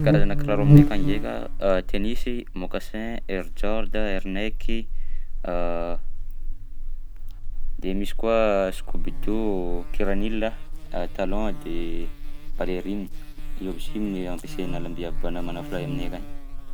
Karazana kiraro aminay akany ndraika: tenisy, mocassin, air jord, air nike, de misy koa scoubidou, kiranila, talon de ballerine, io aby si ny ampiasaina alambiavy banà manafo lahy aminay akagny.